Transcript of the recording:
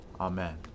Amen